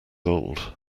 old